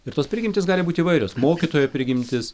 ir tos prigimtys gali būt įvairios mokytojo prigimtis